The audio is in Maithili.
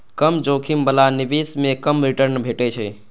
कम जोखिम बला निवेश मे कम रिटर्न भेटै छै